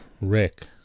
Rick